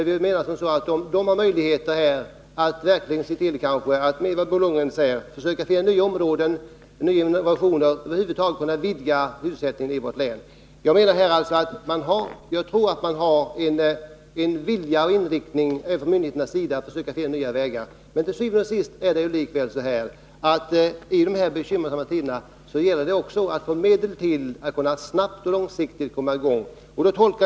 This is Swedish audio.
Vi menar att man, i större utsträckning än vad Bo Lundgren anger, verkligen har möjligheter när det gäller att finna nya områden och att komma fram till innovationer — över huvud taget att vidga sysselsättningen i vårt län. Jag tror att man har en vilja och inriktning även från myndigheternas sida att försöka finna nya vägar. Men til syvende og sidst är det likväl så att det i dessa bekymmersamma tider också gäller att få medel, så att man snabbt och långsiktigt kan komma i gång.